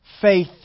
Faith